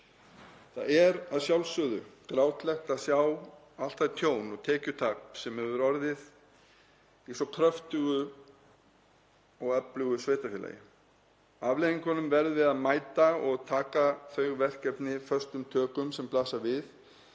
Það er að sjálfsögðu grátlegt að sjá allt það tjón og tekjutap sem hefur orðið í svo kröftugu og öflugu sveitarfélagi. Afleiðingunum verðum við að mæta og taka þau verkefni föstum tökum sem blasa við.